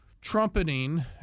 trumpeting